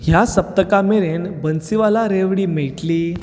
ह्या सप्तका मेरेन बन्सीवाला रेवडी मेळटली